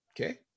okay